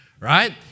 right